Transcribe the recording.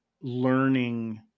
learning